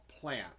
plant